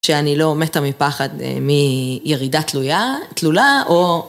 שאני לא מתה מפחד מירידה תלולה, או...